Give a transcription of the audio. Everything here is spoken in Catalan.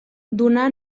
donà